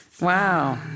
Wow